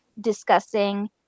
discussing